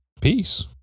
Peace